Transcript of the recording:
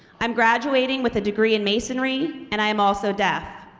i'm graduating with a degree in masonry and i am also deaf.